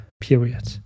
period